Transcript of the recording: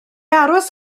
aros